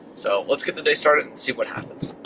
so let's get the day started and see what happens.